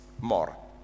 more